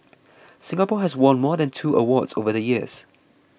Singapore has won more than two awards over the years